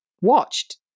watched